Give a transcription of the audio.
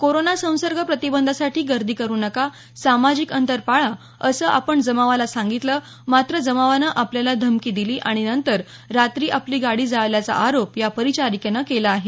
corona संसर्ग प्रतिबंधासाठी गर्दी करू नका सामाजिक अंतर पाळा असं आपण जमावाला सांगितलं मात्र जमावानं आपल्याला धमकी दिली आणि नंतर रात्री आपली गाडी जाळल्याचा आरोप या परिचारिकेने केला आहे